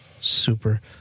Super